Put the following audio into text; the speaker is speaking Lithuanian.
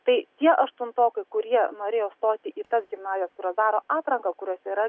tai tie aštuntokai kurie norėjo stoti į tas gimnazijas kurios daro atranką kurios yra